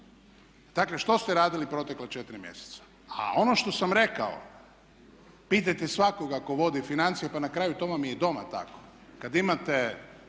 Dakle što ste radili protekla 4 mjeseca. A ono što sam rekao pitajte svakoga tko vodi financije pa na kraju to vam je i doma tako kada imate